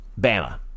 Bama